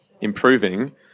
improving